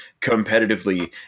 competitively